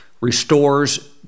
restores